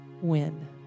win